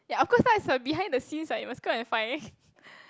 ya of course lah it's from the behind the scenes ah you must go and find